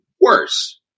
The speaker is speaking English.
worse